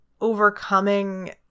overcoming